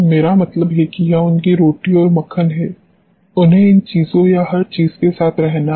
मेरा मतलब है कि यह उनकी रोटी और मक्खन है उन्हें इन चीजों या हर चीज के साथ रहना है